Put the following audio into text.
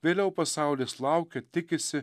vėliau pasaulis laukia tikisi